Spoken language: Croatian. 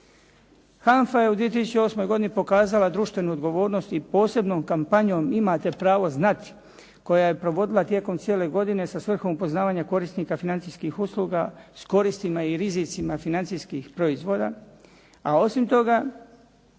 HANFA je u 2008. godini pokazala društvenu odgovornost i posebnom kampanjom imate pravo znati koja je provodila tijekom cijele godine sa svrhom upoznavanja korisnika financijskih usluga s koristima i rizicima financijskih proizvoda. A i osim toga